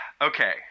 okay